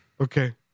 Okay